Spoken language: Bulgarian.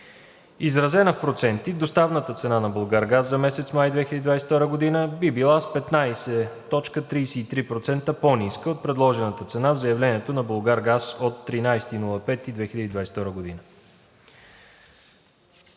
Изразена в проценти, доставната цена на „Булгаргаз“ за месец май 2022 г., би била с 15,33% по-ниска от предложената цена в заявлението на „Булгаргаз“ от 13 май 2022 г.